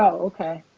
ok.